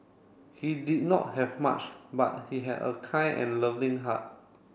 he did not have much but he had a kind and loving heart